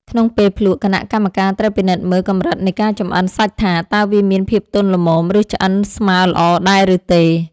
ក្នុងពេលភ្លក្ស គណៈកម្មការត្រូវពិនិត្យមើលកម្រិតនៃការចម្អិនសាច់ថា តើវាមានភាពទន់ល្មម ឬឆ្អិនស្មើល្អដែរឬទេ។